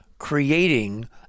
Creating